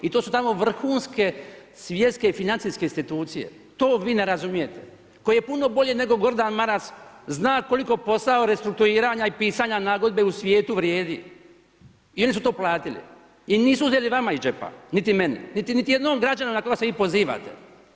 I to su tamo vrhunske svjetske i financijske institucije to vi ne razumijete, koji je puno bolje nego Gordan Maras zna koliko posao restrukturiranja i pisanja nagodbe u svijetu vrijedi i oni su to platili i nisu uzeli vama iz džepa niti meni, niti jednom građaninu na koga se vi pozivate.